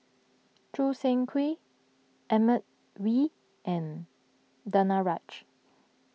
Choo Seng Quee Edmund Wee and Danaraj